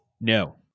No